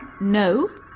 No